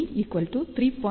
643 3